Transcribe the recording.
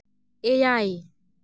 ᱮᱭᱟᱭ